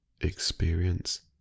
experience